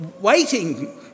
waiting